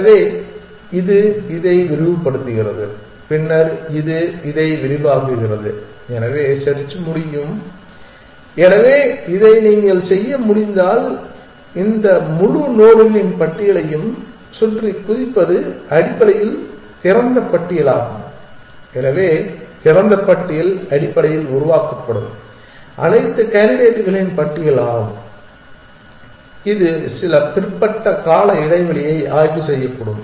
எனவே இது இதை விரிவுபடுத்துகிறது பின்னர் இது இதை விரிவாக்குகிறது எனவே செர்ச் முடியும் எனவே இதை நீங்கள் செய்ய முடிந்தால் இந்த முழு நோடுகளின் பட்டியலையும் சுற்றி குதிப்பது அடிப்படையில் திறந்த பட்டியலாகும் எனவே திறந்த பட்டியல் அடிப்படையில் உருவாக்கப்படும் அனைத்து கேண்டிடேட்களின் பட்டியலாகும் இது சில பிற்பட்ட கால இடைவெளியை ஆய்வு செய்யக்கூடும்